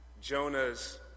Jonah's